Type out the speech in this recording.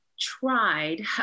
tried